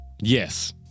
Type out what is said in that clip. yes